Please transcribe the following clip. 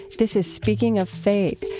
this is speaking of faith,